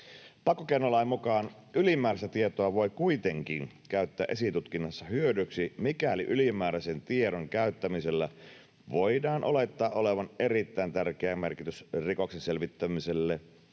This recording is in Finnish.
Pakkokeinolain mukaan ylimääräistä tietoa voi kuitenkin käyttää esitutkinnassa hyödyksi, mikäli ylimääräisen tiedon käyttämisellä voidaan olettaa olevan erittäin tärkeä merkitys rikoksen selvittämiselle